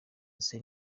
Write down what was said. ese